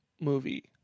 movie